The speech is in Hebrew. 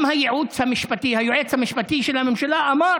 גם היועץ המשפטי של הממשלה אמר